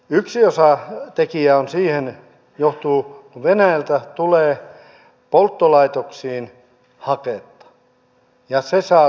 yksi osatekijä mistä tämä johtuu on että kun venäjältä tulee polttolaitoksiin haketta se saa tuet